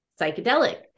psychedelic